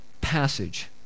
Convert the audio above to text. passage